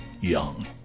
young